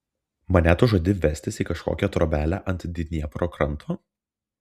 mane tu žadi vežtis į kažkokią trobelę ant dniepro kranto